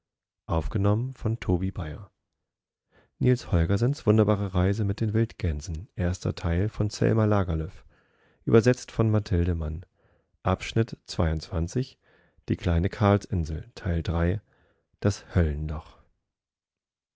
mit den wildgänsen